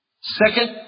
Second